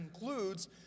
includes